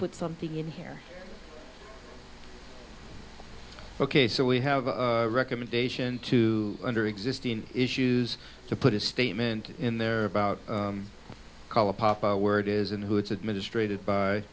put something in here ok so we have a recommendation to under existing issues to put a statement in there about color pop out where it is and who it's administrated by